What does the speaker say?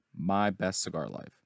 MyBestCigarLife